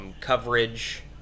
coverage